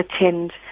attend